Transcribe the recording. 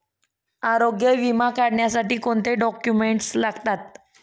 आरोग्य विमा काढण्यासाठी कोणते डॉक्युमेंट्स लागतात?